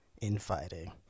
infighting